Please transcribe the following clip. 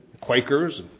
Quakers